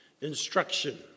Instruction